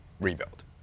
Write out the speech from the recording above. rebuild